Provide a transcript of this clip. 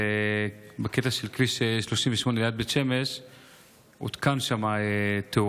בקטע של כביש 38 ליד בית שמש הותקנה תאורה.